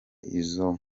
izo